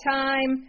time